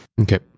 okay